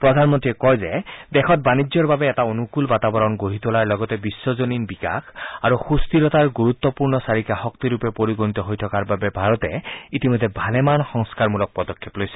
প্ৰধানমন্ত্ৰীয়ে কয় যে দেশত বাণিজ্যৰ বাবে এটা অনুকূল বাতাবৰণ গঢ়ি তোলাৰ লগতে বিশ্বজনিন বিকাশ আৰু সুস্থিৰতাৰ গুৰুত্বপূৰ্ণ চালিকা শক্তি ৰূপে পৰিগণিত হৈ থকাৰ বাবে ভাৰতে ইতিমধ্যে ভালেমান সংস্কাৰমূলক পদক্ষেপ লৈছে